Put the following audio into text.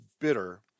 bitter